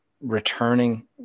returning